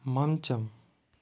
మంచం